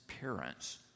parents